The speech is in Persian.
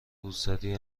روسری